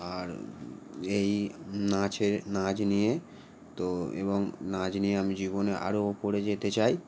আর এই নাচে নাচ নিয়ে তো এবং নাচ নিয়ে আমি জীবনে আরও ওপরে যেতে চাই